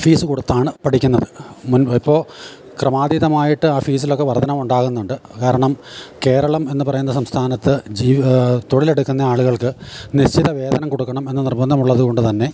fees കൊടുത്താണ് പഠിക്കുന്നത് മുൻപ് ഇപ്പോൾ ക്രമാതീതമായിട്ട് ആ ഫീസിലൊക്കെ വർധനവ് ഉണ്ടാകുന്നുണ്ട് കാരണം കേരളം എന്ന് പറയുന്ന സംസ്ഥാനത്ത് ജീവിക്കുന്ന തൊഴിൽ എടുക്കുന്ന ആളുകൾക്ക് നിശ്ചിത വേതനം കൊടുക്കണം എന്ന് നിർബന്ധം ഉള്ളത് കൊണ്ട് തന്നെ